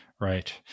Right